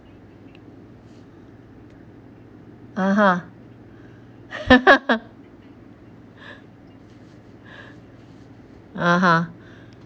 (uh huh) (uh huh)